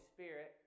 Spirit